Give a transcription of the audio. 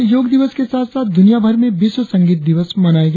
कल योग दिवस के साथ साथ द्रनिया भर में विश्व संगीत दिवस मनाया गया